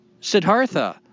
Siddhartha